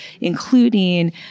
including